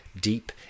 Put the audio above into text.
deep